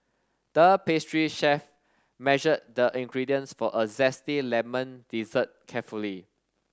the pastry chef measured the ingredients for a zesty lemon dessert carefully